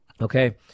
okay